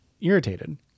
irritated